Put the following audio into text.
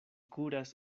kuras